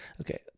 Okay